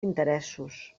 interessos